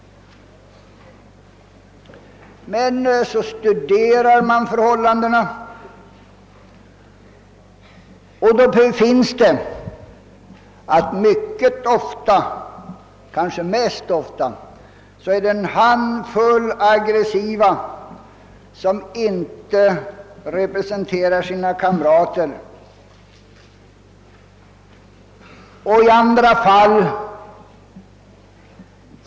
Men studerar man förhållandena närmare skall man mycket ofta finna att de bråkande utgörs av en handfull aggressiva, som inte representerar majoriteten av sina kamrater.